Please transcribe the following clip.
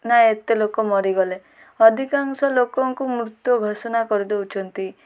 ନା ଏତେ ଲୋକ ମରିଗଲେ ଅଧିକାଂଶ ଲୋକଙ୍କୁ ମୃତ୍ୟୁ ଘୋଷଣା କରି ଦେଉଛନ୍ତି